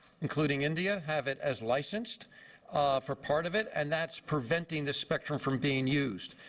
including india, have it as licensed for part of it, and that's preventing the spectrum from being used.